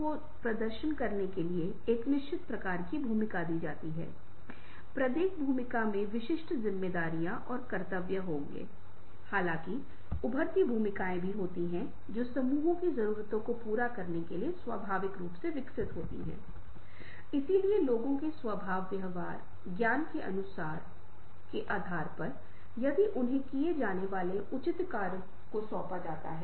या यदि आप इस एक को देखते हैं हिंसा का तत्व जहां पाठ अपना रंग बदलता है और फिर तरह तरह के फैलाव है और सफेद से लाल रंग में बदलने में सक्षम है रक्त और सभी प्रकार की चीजों के माध्यम से हिंसा की भावना का संचार करना और फिर चकनाचूर करना नष्ट करना एक ऐसी चीज है जिसे इस एनीमेशन के माध्यम से संप्रेषित किया जाता है